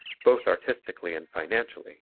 both artistically and financially.